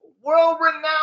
world-renowned